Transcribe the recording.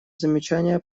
замечания